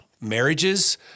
marriages